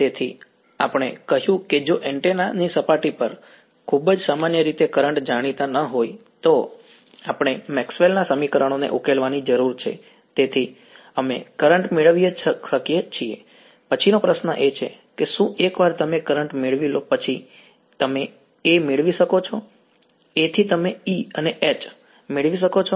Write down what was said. તેથી અમે કહ્યું કે જો એન્ટેના ની સપાટી પર ખૂબ જ સામાન્ય રીતે કરંટ જાણીતા ન હોય તો અમારે મેક્સવેલ ના સમીકરણોને ઉકેલવાની જરૂર છે તેથી અમે કરંટ મેળવી શકીએ છીએ પછીનો પ્રશ્ન એ છે કે શું એકવાર તમે કરંટ મેળવી લો પછી તમે A મેળવી શકો છો A થી તમે E અને H બરાબર મેળવી શકો છો